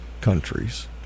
countries